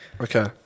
okay